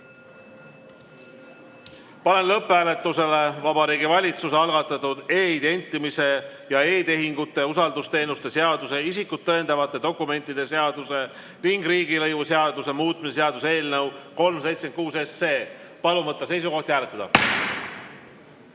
Panen lõpphääletusele Vabariigi Valitsuse algatatud e-identimise ja e-tehingute usaldusteenuste seaduse, isikut tõendavate dokumentide seaduse ning riigilõivuseaduse muutmise seaduse eelnõu 376. Palun võtta seisukoht ja hääletada!